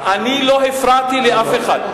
הפריעו לו בלי סוף, אני לא הפרעתי לאף אחד.